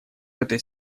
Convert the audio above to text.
этой